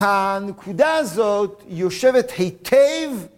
‫הנקודה הזאת יושבת היטב.